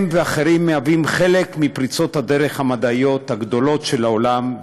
הם ואחרים מהווים חלק מפריצות הדרך המדעיות הגדולות של העולם,